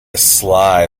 sly